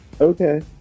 Okay